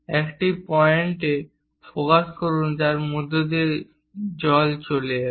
একটি পয়েন্টে ফোকাস করুন যার মধ্য দিয়ে জল চলে যাবে